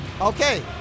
Okay